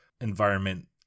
environment